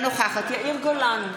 יאיר גולן,